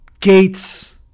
Gates